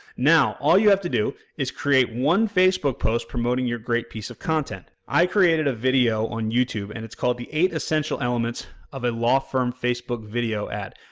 now, all you have to do is create one facebook post promoting your great piece of content. i created a video on youtube and it's called the eight essential elements of a law firm facebook video ad.